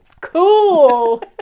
Cool